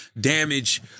damage